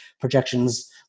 projections